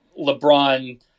LeBron